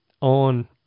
on